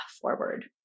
forward